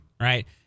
right